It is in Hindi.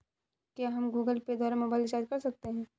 क्या हम गूगल पे द्वारा मोबाइल रिचार्ज कर सकते हैं?